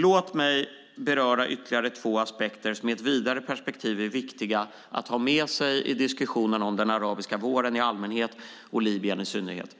Låt mig beröra ytterligare två aspekter som i ett vidare perspektiv är vikiga att ha med sig i diskussionen om den arabiska våren i allmänhet och Libyen i synnerhet.